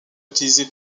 utilisé